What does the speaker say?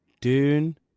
Dune